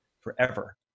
forever